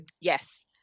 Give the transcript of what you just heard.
yes